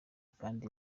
kandi